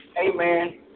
Amen